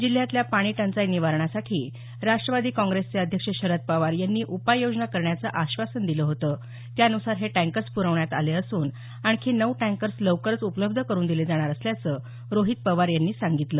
जिल्ह्यातल्या पाणी टंचाई निवारणासाठी राष्ट्रवादी काँग्रेसचे अध्यक्ष शरद पवार यांनी उपाययोजना करण्याचं आश्वासन दिलं होतं त्यानुसार हे टँकर्स प्रवण्यात आले असून आणखी नऊ टँकर्स लवकरच उपल्ब्ध करुन दिले जाणार असल्याचं रोहित पवार यांनी सांगितलं